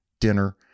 dinner